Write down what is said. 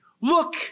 look